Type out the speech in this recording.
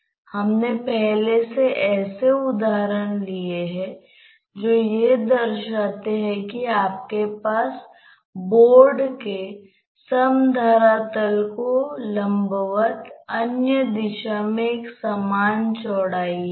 कई बार यह एक ऐसी चीज है जिसका प्रौद्योगिकी में अनुसरण किया जाता है